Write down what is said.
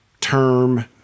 term